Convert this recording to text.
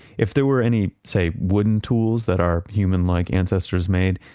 if there were any say, wooden tools that are human like ancestors made,